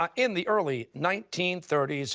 um in the early nineteen thirty s,